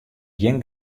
gjin